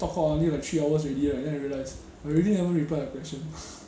talk cock until like three hours already right then I realise I really never reply her question